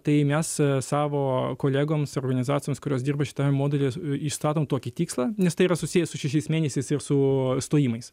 tai mes savo kolegoms organizacijoms kurios dirba šitame modelyje išstatom tokį tikslą nes tai yra susiję su šešiais mėnesiais ir su stojimais